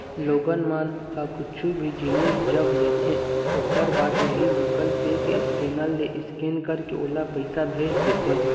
लोगन मन ह कुछु भी जिनिस जब लेथे ओखर बाद उही गुगल पे के स्केनर ले स्केन करके ओला पइसा भेज देथे